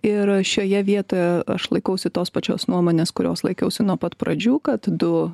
ir šioje vietoje aš laikausi tos pačios nuomonės kurios laikiausi nuo pat pradžių kad du